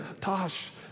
Tosh